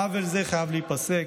עוול זה חייב להיפסק.